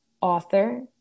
author